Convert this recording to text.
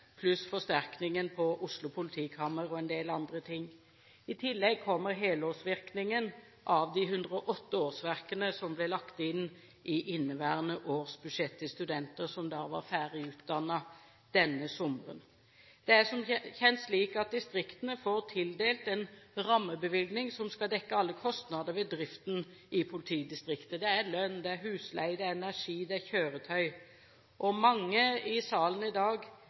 pluss forsterkning på Oslo politikammer – og en del andre ting. I tillegg kommer helårsvirkningen av de 108 årsverkene som ble lagt inn i inneværende års budsjett til studenter som var ferdig utdannet denne sommeren. Det er som kjent slik at distriktene får tildelt en rammebevilgning som skal dekke alle kostnader ved driften i politidistriktene. Det er lønn, det er husleie, det er energi, det er kjøretøy. Mange i salen i dag